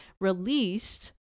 released